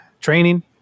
training